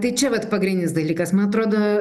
tai čia vat pagrindinis dalykas man atrodo